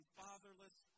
fatherless